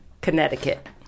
Connecticut